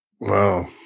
Wow